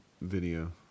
video